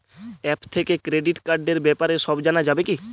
App থেকে credit কার্ডর ব্যাপারে সব জানা যাবে কি?